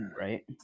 right